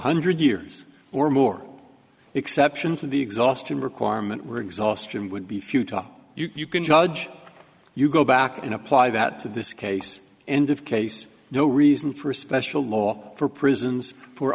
hundred years or more exception to the exhaustion requirement were exhaustion would be futile you can judge you go back and apply that to this case end of case no reason for a special law for prisons for